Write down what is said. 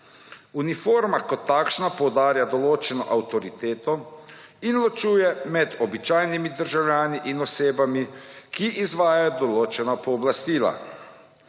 Uniforma kot takšna poudarja določeno avtoriteto in ločuje med običajnimi državljani in osebami, ki izvajajo določena pooblastila.